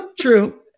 True